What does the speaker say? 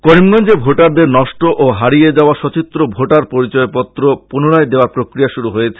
করিমগঞ্জে ভোটারদের নষ্ট ও হারিয়ে যাওয়া সচিত্র ভোটার পরিচয়পত্র পুনরায় দেওয়ার প্রক্রিয়া শুরু হয়েছে